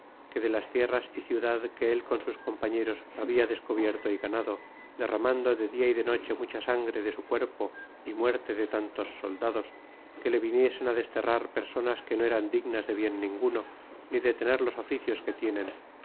que de las tierras y ciudad que él con sus compañeros habla descubierto y ganado derramando de dia y de noche mucha sangre de su cuerpo y muerte de tantos soldados que le viniesen desterrar personas que no eran dignas de bien ninguno ni de tener los oficios que tienen